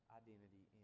identity